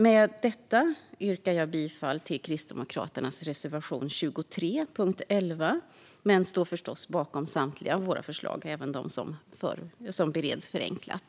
Med detta yrkar jag bifall till Kristdemokraternas reservation 23 under punkt 11. Jag står dock förstås bakom samtliga våra förslag, även dem som bereds förenklat.